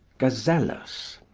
gazellus,